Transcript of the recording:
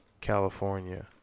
California